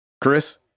Chris